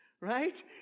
right